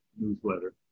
newsletter